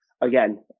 again